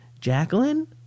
Jacqueline